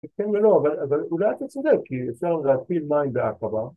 ‫כן ולא, אבל אולי אתה צודק, ‫אפשר להתחיל מים בעקבה.